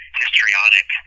histrionic